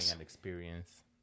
experience